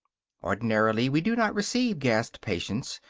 ordinarily we do not receive gassed patients,